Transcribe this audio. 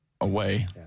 away